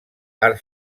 art